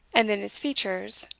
and then his features,